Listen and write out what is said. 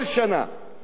הדבר הזה,